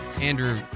Andrew